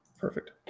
Perfect